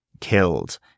killed